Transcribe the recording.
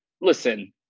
listen